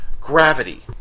gravity